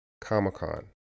Comic-Con